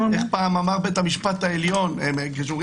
איך פעם אמר בית המשפט העליון - ביטחון,